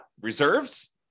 reserves